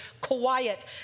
quiet